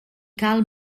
cal